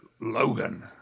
Logan